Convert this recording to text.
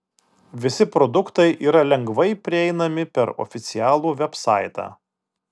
visi produktai yra lengvai prieinami per oficialų vebsaitą